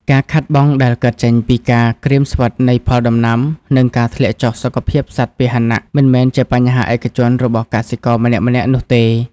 ការខាតបង់ដែលកើតចេញពីការក្រៀមស្វិតនៃផលដំណាំ និងការធ្លាក់ចុះសុខភាពសត្វពាហនៈ មិនមែនជាបញ្ហាឯកជនរបស់កសិករម្នាក់ៗនោះទេ។